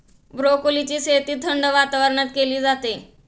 ब्रोकोलीची शेती थंड वातावरणात केली जाते